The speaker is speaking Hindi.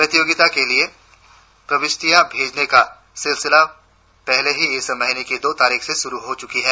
प्रतियोगिता के लिए प्रविष्टियां भेजने का सिलसिला पहले ही इस महीने की दो तारीख से शुरु हो चुका है